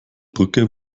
brücke